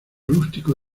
rústico